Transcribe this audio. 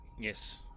Yes